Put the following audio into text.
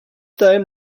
time